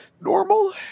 normal